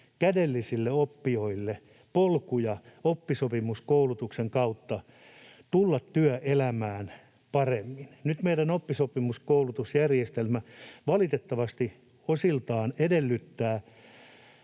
”kädellisille oppijoille” polkuja oppisopimuskoulutuksen kautta tulla työelämään paremmin. Nyt meidän oppisopimuskoulutusjärjestelmä valitettavasti osiltaan edellyttää